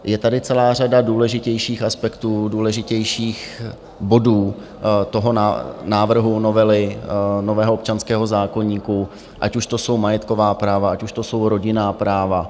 Je tady celá řada důležitějších aspektů, důležitějších bodů toho návrhu novely nového občanského zákoníku, ať už to jsou majetková práva, ať už to jsou rodinná práva.